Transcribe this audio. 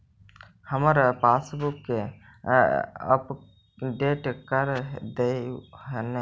हमार पासबुकवा के अपडेट कर देहु ने?